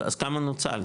אז כמה נוצל?